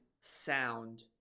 sound